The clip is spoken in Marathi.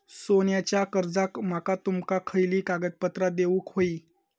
सोन्याच्या कर्जाक माका तुमका खयली कागदपत्रा देऊक व्हयी?